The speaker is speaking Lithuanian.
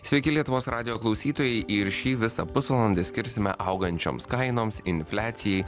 sveiki lietuvos radijo klausytojai ir šį visą pusvalandį skirsime augančioms kainoms infliacijai